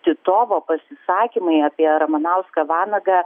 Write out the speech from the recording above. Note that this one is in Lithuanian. titovo pasisakymai apie ramanauską vanagą